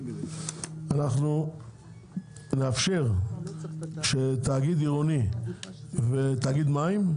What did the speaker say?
אנחנו נאפשר שתאגיד עירוני ותאגיד מים,